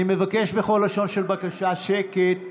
אני מבקש בכל לשון של בקשה: שקט.